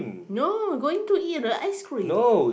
no going to eat the ice cream